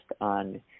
on